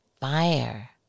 fire